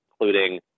including